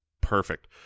Perfect